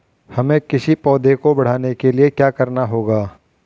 हमें किसी पौधे को बढ़ाने के लिये क्या करना होगा?